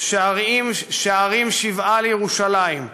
"שערים שבעה לירושלים,